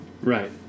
Right